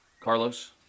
Carlos